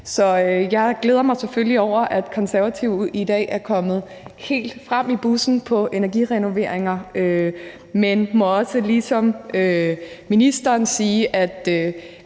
jeg glæder mig selvfølgelig over, at Konservative i dag er kommet helt frem i bussen på energirenoveringer, men må også ligesom ministeren sige, at